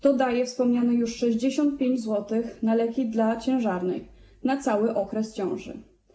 To daje wspomniane już 65 zł na leki dla ciężarnej na cały okres ciąży.